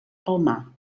palmar